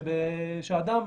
שאדם